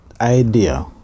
idea